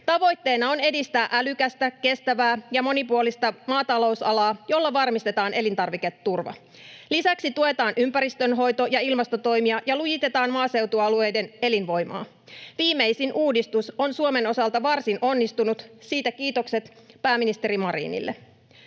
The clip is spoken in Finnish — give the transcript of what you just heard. Tavoitteena on edistää älykästä, kestävää ja monipuolista maatalousalaa, jolla varmistetaan elintarviketurva. Lisäksi tuetaan ympäristönhoito- ja ilmastotoimia ja lujitetaan maaseutualueiden elinvoimaa. Viimeisin uudistus on Suomen osalta varsin onnistunut, siitä kiitokset pääministeri Marinille.